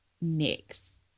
next